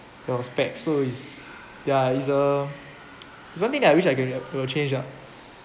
your specs so is ya is uh is one thing that I wish I could could change lah